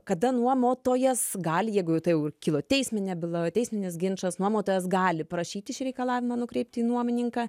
kada nuomotojas gali jeigu jau tai jau kilo teisminė byla teisminis ginčas nuomotojas gali prašyti šį reikalavimą nukreipti į nuomininką